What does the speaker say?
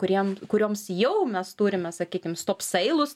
kuriem kurioms jau mes turime sakykim stopseilus